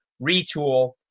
retool